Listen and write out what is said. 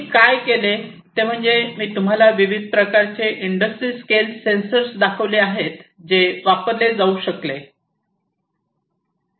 मी काय केले ते म्हणजे मी तुम्हाला हे विविध प्रकारचे इंडस्ट्री स्केल सेन्सर्स दर्शविले आहेत जे वापरले जाऊ शकले